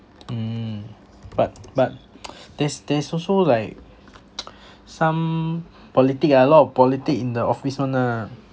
mm but but there's there's also like some politic ah lot of politic in the office [one] ah